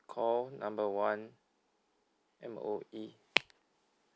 call number one M_O_E